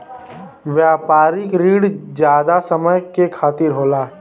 व्यापारिक रिण जादा समय के खातिर होला